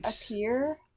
appear